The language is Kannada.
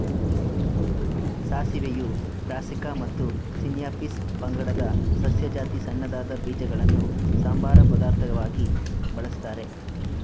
ಸಾಸಿವೆಯು ಬ್ರಾಸೀಕಾ ಮತ್ತು ಸಿನ್ಯಾಪಿಸ್ ಪಂಗಡದ ಸಸ್ಯ ಜಾತಿ ಸಣ್ಣದಾದ ಬೀಜಗಳನ್ನು ಸಂಬಾರ ಪದಾರ್ಥವಾಗಿ ಬಳಸ್ತಾರೆ